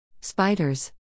Spiders